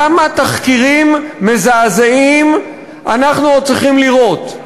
כמה תחקירים מזעזעים אנחנו עוד צריכים לראות?